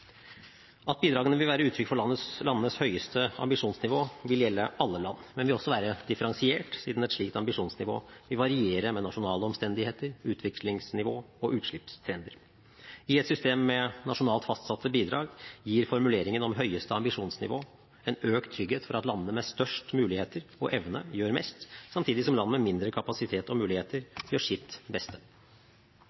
At bidragene vil være uttrykk for landenes høyeste ambisjonsnivå, vil gjelde alle land, men vil også være differensiert siden et slikt ambisjonsnivå vil variere med nasjonale omstendigheter, utviklingsnivå og utslippstrender. I et system med nasjonalt fastsatte bidrag gir formuleringen om høyeste ambisjonsnivå en økt trygghet for at landene med størst muligheter og evne gjør mest, samtidig som land med mindre kapasitet og muligheter